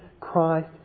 Christ